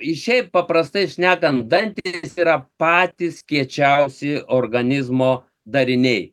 šiaip paprastai šnekant dantys yra patys kiečiausi organizmo dariniai